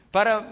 Para